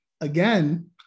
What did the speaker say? again